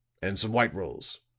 and some white rolls.